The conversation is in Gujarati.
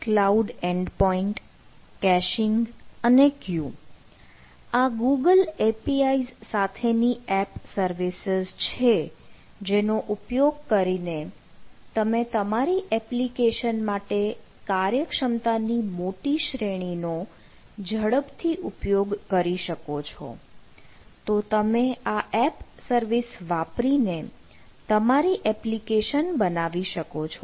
આ Google APIs સાથેની એપ સર્વિસીસ છે જેનો ઉપયોગ કરીને તમે તમારી એપ્લિકેશન માટે કાર્યક્ષમતાની મોટી શ્રેણી નો ઝડપથી ઉપયોગ કરી શકો છો તો તમે આ એપ સર્વિસ વાપરીને તમારી એપ્લિકેશન બનાવી શકો છો